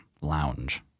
lounge